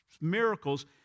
miracles